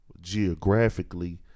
geographically